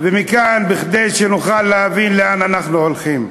כדי שנוכל להבין לאן אנחנו הולכים: